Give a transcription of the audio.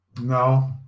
No